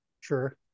Sure